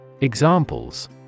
Examples